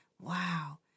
Wow